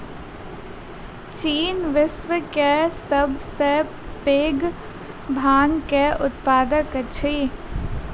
चीन विश्व के सब सॅ पैघ भांग के उत्पादक अछि